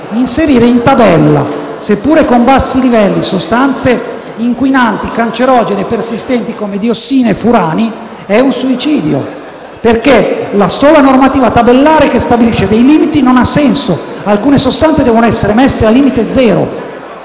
inserire in tabella, seppure con bassi livelli, sostanze inquinanti cancerogene e persistenti come diossine e furani è un suicidio, perché la sola normativa tabellare che stabilisce dei limiti non ha senso: alcune sostanze devono essere messe al limite zero.